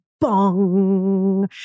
bong